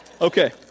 Okay